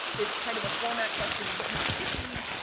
it's kind of a format question but not really.